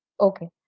Okay